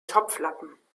topflappen